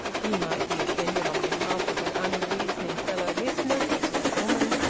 he might be offended on behalf of an unreasoning fellow-listener, such as a woman,